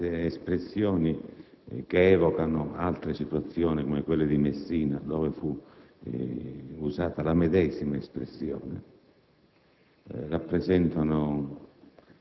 Indubbiamente queste espressioni, che evocano altre situazioni, come quelle di Messina, dove fu usata la medesima espressione,